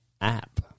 App